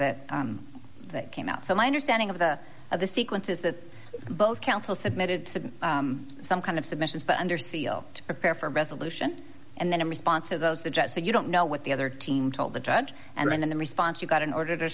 that that came out so my understanding of the of the sequence is that both counsel submitted submit some kind of submissions but under seal to prepare for a resolution and then in response to those the judge said you don't know what the other team told the judge and then in the response you got an order to